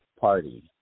party